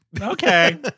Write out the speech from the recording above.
okay